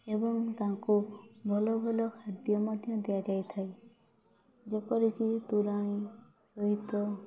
ଏବଂ ତାଙ୍କୁ ଭଲଭଲ ଖାଦ୍ୟ ମଧ୍ୟ ଦିଆଯାଇଥାଏ ଯେପରିକି ତୋରାଣି ସହିତ